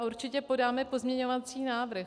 Určitě podáme pozměňovací návrh.